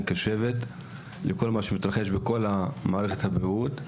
קשבת לכל מה שמתרחש בכל מערכת הבריאות,